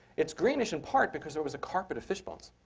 it's greenish in part because there was a carpet of fish bones,